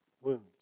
wounds